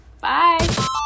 Bye